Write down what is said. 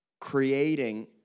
creating